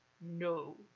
no